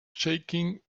shaking